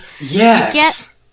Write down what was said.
Yes